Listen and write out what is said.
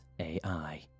AI